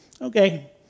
okay